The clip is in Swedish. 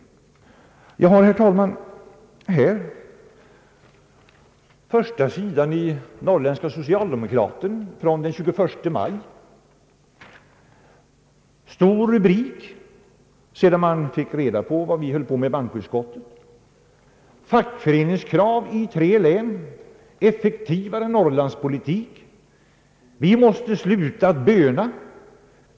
Jag har, herr talman, framför mig första sidan av Norrländska Socialdemokraten från den 21 maj. Där finns en stor rubrik, som skrivits sedan man fått reda på vad vi höll på med i bankoutskottet: »Fackföreningskrav i tre län: Effektivare norrlandspolitik.» Texten lyder vidare: »Vi måste sluta att böna!